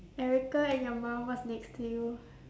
erica and your mum was next to you